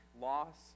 loss